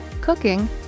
cooking